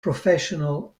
professional